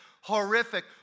horrific